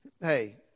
hey